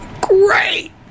Great